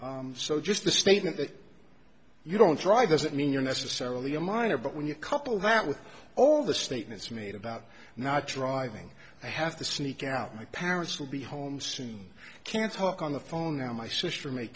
all so just the statement that you don't drive doesn't mean you're necessarily a minor but when you couple that with all the statements made about not driving i have to sneak out my parents will be home soon i can talk on the phone now my sister may